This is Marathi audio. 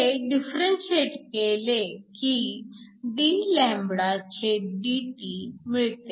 हे डिफरंशिएट केले की dλdT मिळते